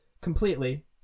Completely